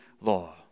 law